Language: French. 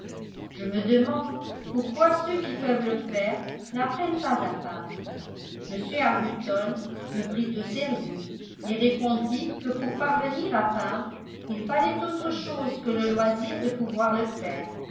je me demande pourquoi ceux qui peuvent le faire n'apprennent pas à peindre m arbuton me prit au sérieux et répondit que pour parvenir à peindre il fallait autre chose que le loisir de pouvoir le faire